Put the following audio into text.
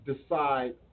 decide